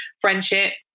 friendships